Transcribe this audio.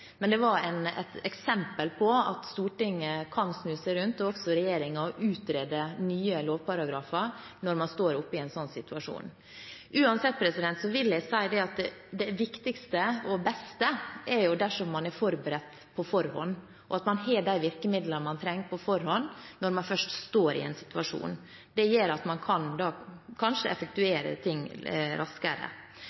Men det var et eksempel på at Stortinget – og også regjeringen – kan snu seg rundt og utrede nye lovparagrafer når man står i en slik situasjon. Uansett vil jeg si at det viktigste og beste er jo at man er forberedt, og at man på forhånd har de virkemidlene man trenger, når man først står i en situasjon. Det gjør at man kanskje kan